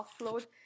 upload